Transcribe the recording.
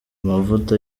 amavuta